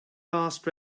last